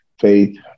faith